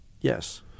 Yes